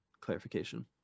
clarification